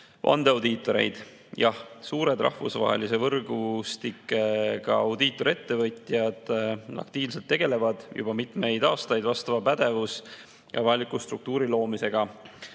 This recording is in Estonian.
vande-audiitoreid?" Jah, suured, rahvusvahelise võrgustikuga audiitorettevõtjad aktiivselt tegelevad juba mitmeid aastaid vastava pädevuse ja vajaliku struktuuri loomisega,